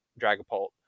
Dragapult